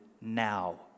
now